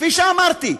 כפי שאמרתי,